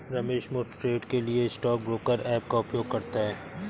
रमेश मुफ्त ट्रेड के लिए स्टॉक ब्रोकर ऐप का उपयोग करता है